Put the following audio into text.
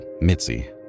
Mitzi